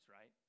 right